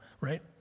right